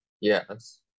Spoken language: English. yes